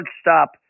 stop